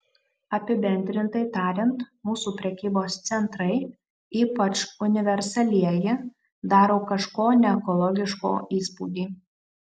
apibendrintai tariant mūsų prekybos centrai ypač universalieji daro kažko neekologiško įspūdį